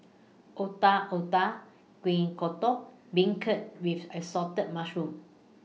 Otak Otak Kuih Kodok Beancurd with Assorted Mushrooms